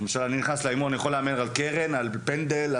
האם אני יכול להמר על קרן ועל פנדל?